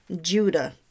Judah